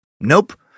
Nope